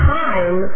time